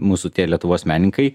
mūsų tie lietuvos menininkai